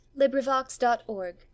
LibriVox.org